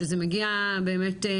שזה מגיע באמת,